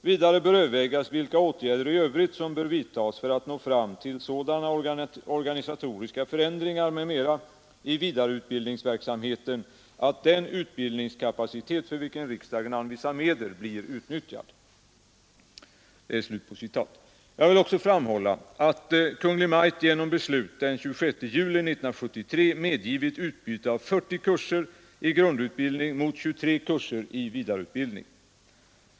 Vidare bör övervägas vilka åtgärder i övrigt som bör vidtas för att nå fram till sådana organisatoriska förändringar m.m. i vidareutbildningsverksamheten att den utbildningskapacitet för vilken riksdagen anvisar medel blir utnyttjad.” Jag vill också framhålla att Kungl. Maj:t genom beslut den 26 juli 1973 medgivit utbyte av 40 kurser i grundutbildning mot 23 kurser i vidareutbildning.